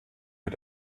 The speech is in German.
mit